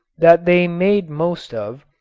that they made most of,